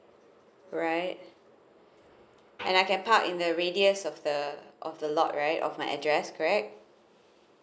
right and I can park in the radius of the of the lot right of my address correct